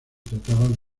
trataba